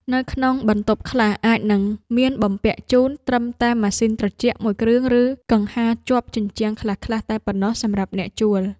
នៅក្នុងបន្ទប់ខ្លះអាចនឹងមានបំពាក់ជូនត្រឹមតែម៉ាស៊ីនត្រជាក់មួយគ្រឿងឬកង្ហារជាប់ជញ្ជាំងខ្លះៗតែប៉ុណ្ណោះសម្រាប់អ្នកជួល។